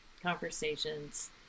conversations